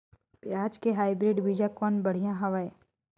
पियाज के हाईब्रिड बीजा कौन बढ़िया हवय?